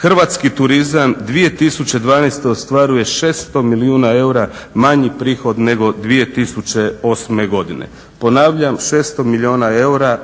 hrvatski turizam 2012. ostvaruje 600 milijuna manji prihod nego 2008.godine, ponavljam 600 milijuna eura